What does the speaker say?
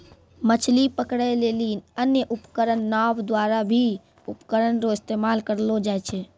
मछली पकड़ै लेली अन्य उपकरण नांव द्वारा भी उपकरण रो इस्तेमाल करलो जाय छै